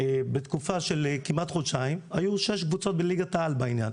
בתקופה של כמעט חודשיים היו שש קבוצות בליגת העל בעניין,